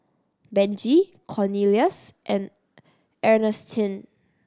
Benji Cornelious and Ernestine